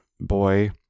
boy